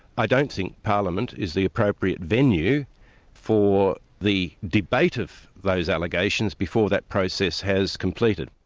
i don't think parliament is the appropriate venue for the debate of those allegations before that process has completed.